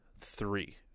Three